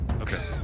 Okay